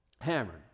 Hammered